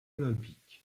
olympique